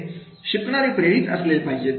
शिकणारे प्रेरित असलेले पाहिजेत